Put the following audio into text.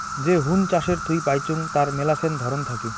যে হুন চাষের থুই পাইচুঙ তার মেলাছেন ধরন থাকি